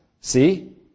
See